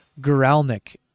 Guralnik